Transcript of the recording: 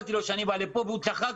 סיפרתי לו שאני בא לפה והוא צחק,